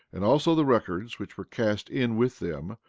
and also the records which were cast in with them,